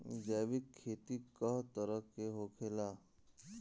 जैविक खेती कए तरह के होखेला?